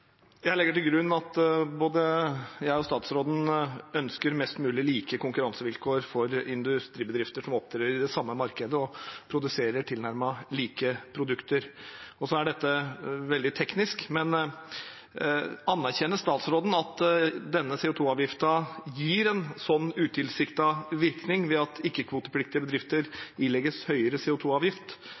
Jeg legger til grunn at både jeg og statsråden ønsker mest mulig like konkurransevilkår for industribedrifter som opptrer i det samme markedet og produserer tilnærmet like produkter. Dette blir veldig teknisk, men: Anerkjenner statsråden at denne CO 2 -avgiften gir en slik utilsiktet virkning ved at ikke-kvotepliktige bedrifter ilegges høyere